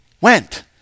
went